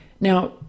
Now